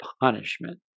punishment